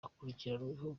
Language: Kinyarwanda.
akurikiranweho